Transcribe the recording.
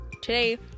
today